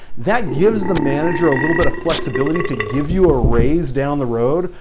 that gives the manager a little bit of flexibility to give you a raise down the road,